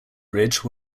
bridge